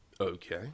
Okay